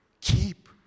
Keep